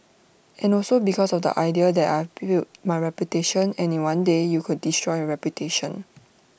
and also because of the idea that I've built my reputation and in one day you could destroy your reputation